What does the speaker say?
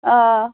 آ